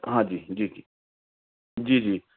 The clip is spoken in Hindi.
हाँ जी जी